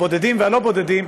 הבודדים והלא-בודדים,